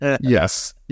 yes